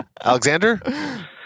Alexander